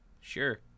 sure